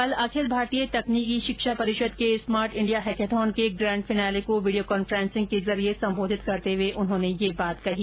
कल अखिल भारतीय तकनीकी शिक्षा परिषद के स्मार्ट इंडिया हैकेथॉन के ग्रैंडफिनाले को वीडियो कांफ्रेंस के जरिए संबोधित करते हुए उन्होंने यह बात कही